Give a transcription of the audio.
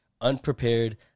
unprepared